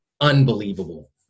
unbelievable